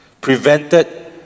prevented